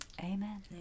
Amen